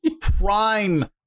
prime